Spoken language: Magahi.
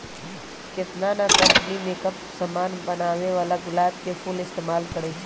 केतना न कंपनी मेकप के समान बनावेला गुलाब के फूल इस्तेमाल करई छई